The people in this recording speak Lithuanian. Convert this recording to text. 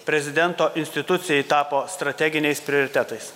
prezidento institucijai tapo strateginiais prioritetais